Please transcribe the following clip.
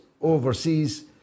overseas